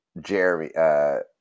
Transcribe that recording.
Jeremy